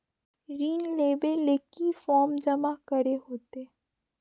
ऋण लेबे ले की की फॉर्म जमा करे होते?